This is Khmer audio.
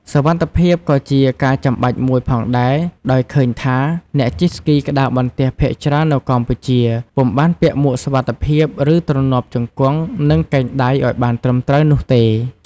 សុវត្ថិភាពក៏ជាការចាំបាច់មួយផងដែរ ដោយឃើញថា អ្នកជិះស្គីក្ដារបន្ទះភាគច្រើននៅកម្ពុជា ពុំបានពាក់មួកសុវត្ថិភាព ឬ ទ្រនាប់ជង្គង់ និងកែងដៃឱ្យបានត្រឹមត្រូវនោះទេ។